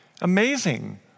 Amazing